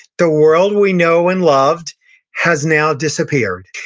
the world we know and loved has now disappeared.